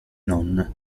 non